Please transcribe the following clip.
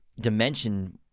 dimension